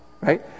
right